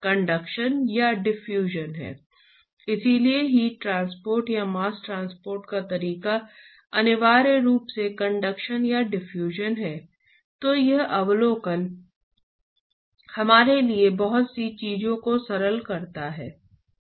यदि यह स्थिर नहीं है तो आप तापमान की सतह के स्थानीय परिवर्तन को ध्यान में रखते हुए इसे एकीकृत करेंगे